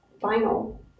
final